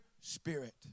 spirit